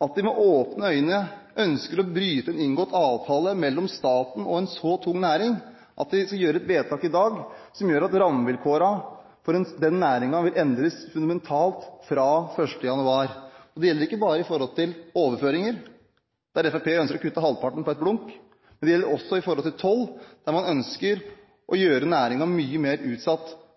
Med åpne øyne ønsker man å bryte en inngått avtale mellom staten og en så tung næring, og gjøre et vedtak i dag som gjør at rammevilkårene for den næringen vil endres fundamentalt fra 1. januar. Det gjelder ikke bare for overføringer, der Fremskrittspartiet ønsker å kutte halvparten på et blunk. Det gjelder også toll. Man ønsker å gjøre næringen mye mer utsatt